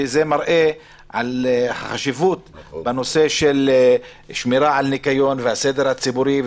שזה מראה על החשיבות בנושא של שמירה על הניקיון והסדר הציבורי,